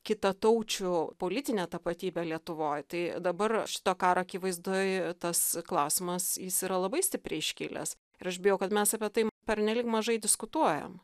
kitataučių politinę tapatybę lietuvoj tai dabar šito karo akivaizdoj tas klausimas jis yra labai stipriai iškilęs ir aš bijau kad mes apie tai pernelyg mažai diskutuojam